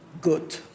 good